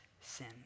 sin